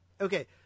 okay